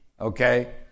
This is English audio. okay